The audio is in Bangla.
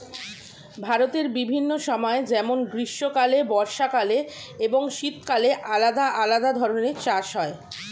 ভারতের বিভিন্ন সময় যেমন গ্রীষ্মকালে, বর্ষাকালে এবং শীতকালে আলাদা আলাদা ধরনের চাষ হয়